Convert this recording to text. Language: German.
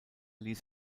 ließ